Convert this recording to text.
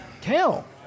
Kale